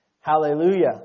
Hallelujah